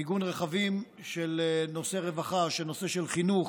מיגון רכבים, נושא הרווחה, נושא החינוך,